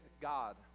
God